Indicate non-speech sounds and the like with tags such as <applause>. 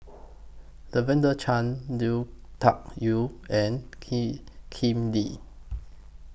Lavender Chang Lui Tuck Yew and <unintelligible> Kip Lee